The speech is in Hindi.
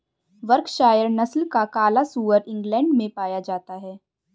वर्कशायर नस्ल का काला सुअर इंग्लैण्ड में पाया जाता है